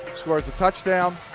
scores a touchdown.